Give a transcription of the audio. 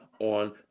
on